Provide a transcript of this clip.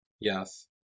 Yes